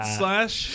slash